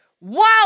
Wow